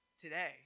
today